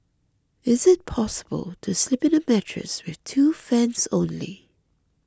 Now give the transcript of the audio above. is it possible to sleep in a mattress with two fans only